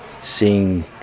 seeing